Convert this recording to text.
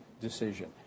decision